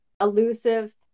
Elusive